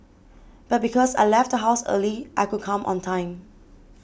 but because I left the house early I could come on time